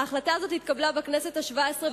ההצעה הזאת התקבלה בכנסת השבע-עשרה